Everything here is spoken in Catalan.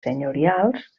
senyorials